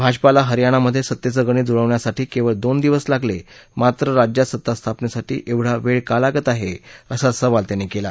भाजपाला हरियाणामधे सत्तेचं गणित जुळवण्यासाठी केवळ दोन दिवस लागले मात्र राज्यात सत्ता स्थापनेसाठी ऐवढा वेळ का लागत आहे असा सवाल त्यांनी केला